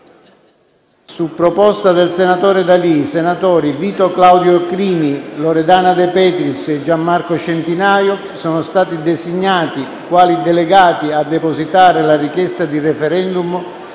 Su proposta del senatore D'Alì, i senatori Vito Claudio Crimi, Loredana De Petris e Gian Marco Centinaio sono stati designati quali delegati a depositare la richiesta di *referendum*